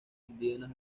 indígenas